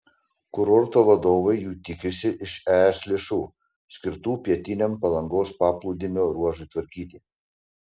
kurorto vadovai jų tikisi iš es lėšų skirtų pietiniam palangos paplūdimio ruožui tvarkyti